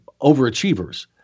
overachievers